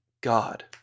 God